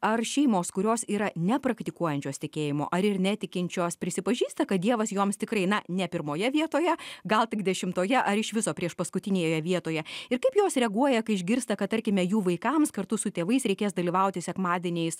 ar šeimos kurios yra nepraktikuojančios tikėjimo ar ir netikinčios prisipažįsta kad dievas joms tikrai na ne pirmoje vietoje gal tik dešimtoje ar iš viso priešpaskutinėje vietoje ir kaip jos reaguoja kai išgirsta kad tarkime jų vaikams kartu su tėvais reikės dalyvauti sekmadieniais